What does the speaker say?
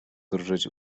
drżeć